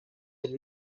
del